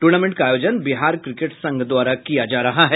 tournament का आयोजन Bihar cricket संघ द्वारा किया जा रहा है